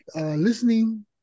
listening